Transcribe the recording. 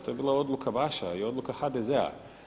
To je bila odluka vaša i odluka HDZ-a.